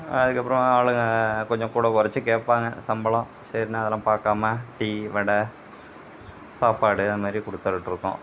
அதுக்கப்பறம் ஆளுங்க கொஞ்சம் கூட குறச்சி கேட்பாங்க சம்பளம் சரினு அதலாம் பார்க்காம டீ வடை சாப்பாடு அந்த மாதிரி கொடுத்துட்ருக்கோம்